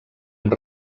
amb